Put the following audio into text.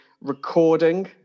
recording